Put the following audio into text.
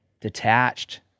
detached